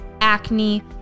acne